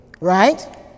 right